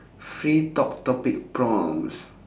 free top~ topic prompts